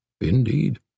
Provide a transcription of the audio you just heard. Indeed